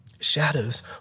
Shadows